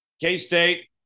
K-State